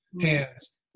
hands